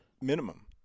Minimum